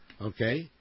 Okay